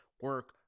Work